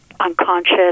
unconscious